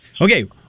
Okay